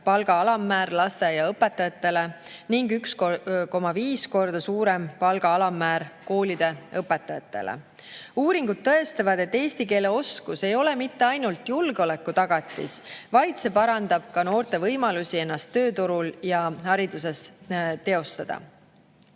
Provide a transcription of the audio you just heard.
palga alammäär lasteaiaõpetajatele ning 1,5 korda suurem palga alammäär koolide õpetajatele. Uuringud tõestavad, et eesti keele oskus ei ole mitte ainult julgeolekutagatis, vaid see parandab ka noorte võimalusi ennast tööturul ja hariduses teostada.